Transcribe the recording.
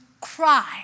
cry